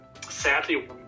sadly